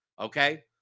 Okay